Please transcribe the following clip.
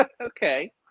Okay